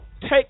take